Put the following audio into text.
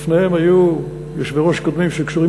לפניהם היו יושבי-ראש קודמים שהיו קשורים